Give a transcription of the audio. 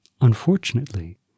unfortunately